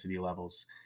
levels